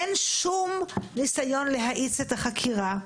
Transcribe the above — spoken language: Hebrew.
אין שום ניסיון להאיץ את החקירה,